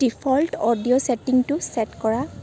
default audio ছেটিংটো set কৰা